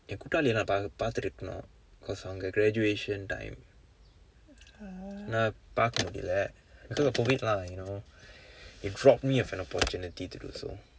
என் குப்புலன் என்ன பார்த்துட்டு இருக்கனும்:en kuppulan enna paarthutdu irukkanum cause அவங்க:avangka graduation time என்னால பார்க்க முடியல:ennaala paarkka mudiyala because of COVID lah you know it dropped me of an opportunity to do so